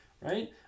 Right